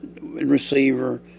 receiver